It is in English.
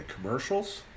commercials